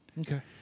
Okay